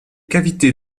cavités